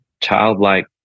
childlike